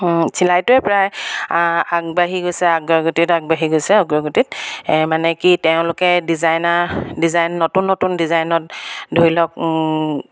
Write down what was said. চিলাইটোৱে প্ৰায় আগবাঢ়ি গৈছে আগ্ৰগতিত আগবাঢ়ি গৈছে অগ্ৰগতিত মানে কি তেওঁলোকে ডিজাইনাৰ ডিজাইন নতুন নতুন ডিজাইনত ধৰি লওক